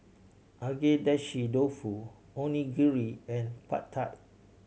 Agedashi Dofu Onigiri and Pad Thai